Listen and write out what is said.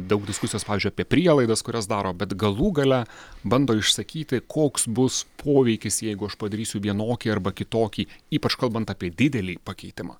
daug diskusijos pavyzdžiui apie prielaidas kurias daro bet galų gale bando išsakyti koks bus poveikis jeigu aš padarysiu vienokį arba kitokį ypač kalbant apie didelį pakeitimą